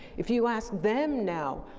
if you ask them now,